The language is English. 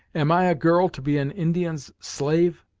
am i a girl to be an indian's slave?